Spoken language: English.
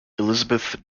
elizabeth